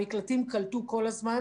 המקלטים קלטו כל הזמן.